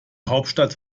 hauptstadt